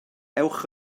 ewch